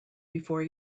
before